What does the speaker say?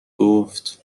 گفت